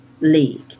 League